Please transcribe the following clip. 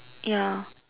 ya